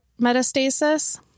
metastasis